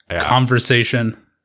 conversation